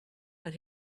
but